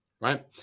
right